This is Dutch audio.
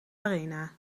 arena